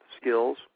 skills